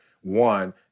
one